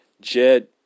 Jed